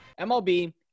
MLB